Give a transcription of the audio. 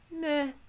meh